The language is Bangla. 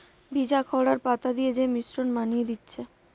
ভিজা খড় আর পাতা দিয়ে যে মিশ্রণ বানিয়ে দিচ্ছে